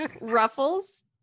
ruffles